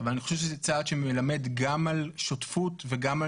אני חושב שזה צעד שמלמד גם על שותפות וגם על